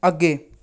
ਅੱਗੇ